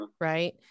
right